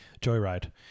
Joyride